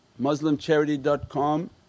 muslimcharity.com